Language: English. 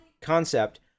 concept